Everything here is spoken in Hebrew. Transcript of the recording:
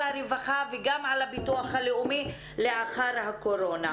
הרווחה וגם על הביטוח הלאומי לאחר הקורונה.